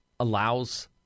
allows